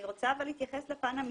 אבל אני רוצה להתייחס לפן המיסוי.